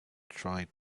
tried